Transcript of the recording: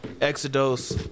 Exodus